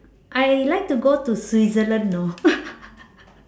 I like to go to switzerland know